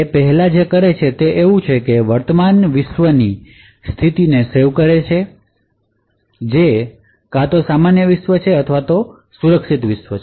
તે પહેલા જે કરે છે તે તે છે કે તે વર્તમાન વિશ્વની સ્થિતિને સેવ કરે છે કે જે કા તો સામાન્ય વિશ્વ છે અથવા સુરક્ષિત વિશ્વ છે